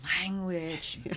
Language